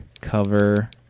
cover